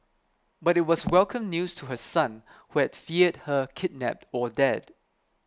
but it was welcome news to her son who had feared her kidnapped or dead